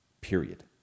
period